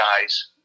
guys